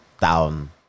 down